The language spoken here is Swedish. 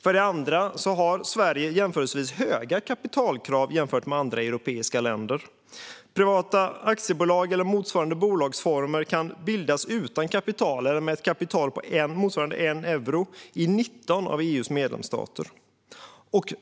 För det andra har Sverige höga kapitalkrav jämfört med andra europeiska länder. Privata aktiebolag eller motsvarande bolagsformer kan bildas utan kapital eller med ett kapital på motsvarande 1 euro i 19 av EU:s medlemsstater.